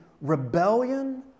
rebellion